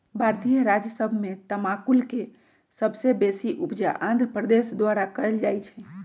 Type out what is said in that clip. भारतीय राज्य सभ में तमाकुल के सबसे बेशी उपजा आंध्र प्रदेश द्वारा कएल जाइ छइ